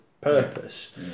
purpose